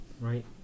Right